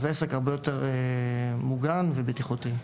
אז העסק הרבה יותר מוגן ובטיחותי.